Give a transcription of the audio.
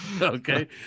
okay